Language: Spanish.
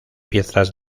piezas